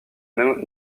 même